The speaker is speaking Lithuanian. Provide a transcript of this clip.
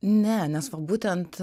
ne nes būtent